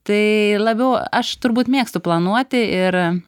tai labiau aš turbūt mėgstu planuoti ir